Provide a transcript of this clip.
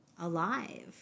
alive